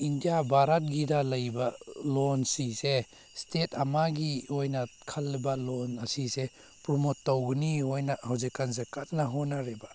India ꯚꯥꯔꯠꯀꯤꯗ ꯂꯩꯕ ꯂꯣꯟꯁꯤꯡꯁꯦ ꯏꯁꯇꯦꯠ ꯑꯃꯒꯤ ꯑꯣꯏꯅ ꯈꯜꯂꯕ ꯂꯣꯟ ꯑꯁꯤꯁꯦ ꯄ꯭ꯔꯣꯃꯦꯠ ꯇꯧꯒꯅꯤ ꯑꯣꯏꯅ ꯍꯧꯖꯤꯛ ꯀꯥꯟꯁꯦ ꯀꯟꯅ ꯍꯣꯠꯅꯔꯤꯕ